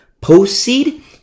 Post-seed